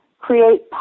create